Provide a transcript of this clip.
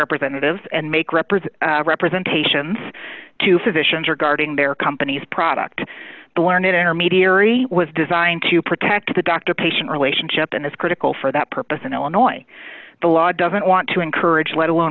representatives and make represent representations to physicians are guarding their company's product but learned intermediary was designed to protect the doctor patient relationship and is critical for that purpose in illinois the law doesn't want to encourage let alone